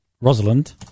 Rosalind